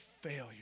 failure